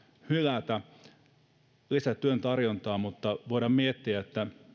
hylätä on nimenomaan lisätä työn tarjontaa mutta voidaan miettiä